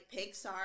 Pixar